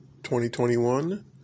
2021